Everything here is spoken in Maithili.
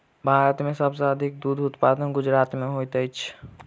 भारत में सब सॅ अधिक दूध उत्पादन गुजरात में होइत अछि